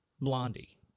Blondie